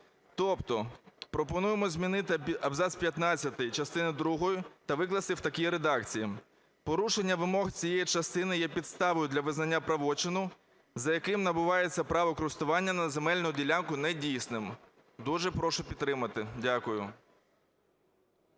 Тобто пропонуємо змінити абзац п'ятнадцятий частини другої та викласти в такій редакції: "Порушення вимог цієї частини є підставою для визнання правочину, за яким набувається право користування на земельну ділянку недійсним.". Дуже прошу підтримати. Дякую.